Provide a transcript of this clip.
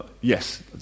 yes